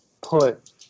put